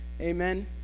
Amen